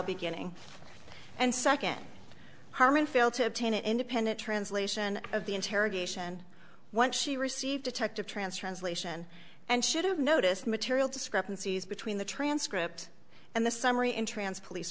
beginning and second harmon failed to obtain an independent translation of the interrogation once she received detective transfer inflation and should have noticed material discrepancies between the transcript and the summary in trance police